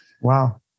Wow